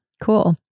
Cool